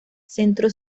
centró